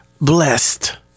Blessed